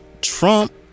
trump